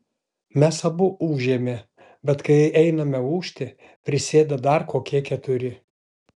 mes abu ūžėme bet kai einame ūžti prisėda dar kokie keturi